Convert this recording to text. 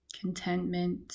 contentment